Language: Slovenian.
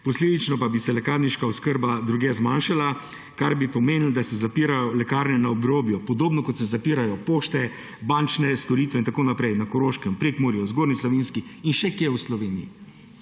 Posledično pa bi se lekarniška oskrba drugje zmanjšala, kar bi pomenilo, da se zapirajo lekarne na obrobju, podobno, kot se zapirajo pošte, bančne storitve in tako naprej na Koroškem, v Prekmurju, v Zgornji Savinjski in še kje v Sloveniji.